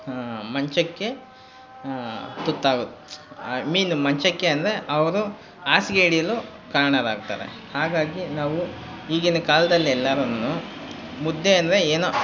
ಮಂಚಕ್ಕೆ ತುತ್ತಾಗು I mean ಮಂಚಕ್ಕೆ ಅಂದರೆ ಅವರು ಹಾಸಿಗೆ ಹಿಡಿಯಲು ಕಾರಣರಾಗ್ತಾರೆ ಹಾಗಾಗಿ ನಾವು ಈಗಿನ ಕಾಲ್ದಲ್ಲೆಲ್ಲಾರೂ ಮುದ್ದೆ ಅಂದರೆ ಏನೋ